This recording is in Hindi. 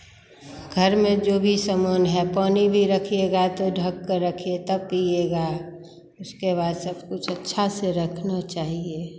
घर में जो भी सामान है पानी भी रखिएगा तो ढँककर रखिए तब पिएगा उसके बाद सब कुछ अच्छा से रखना चाहिए